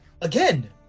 again